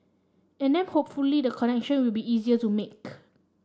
and then hopefully the connection will be easier to make